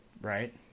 Right